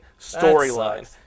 storyline